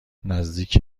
نزدیک